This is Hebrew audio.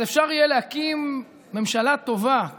שלהם, אז אפשר יהיה להקים ממשלה טובה.